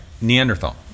Neanderthal